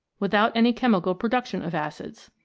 without any chemical production of acids.